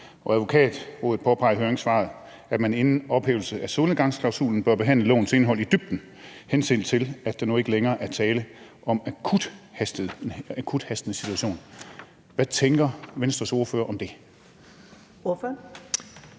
og Advokatrådet påpeger i deres høringssvar, at man inden ophævelse af solnedgangsklausulen bør behandle lovens indhold i dybden, henset til at der nu ikke længere er tale om en akut hastende situation. Hvad tænker Venstres ordfører om det? Kl.